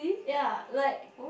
ya like